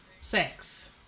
sex